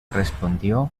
respondió